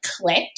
clicked